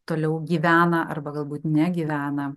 toliau gyvena arba galbūt negyvena